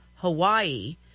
Hawaii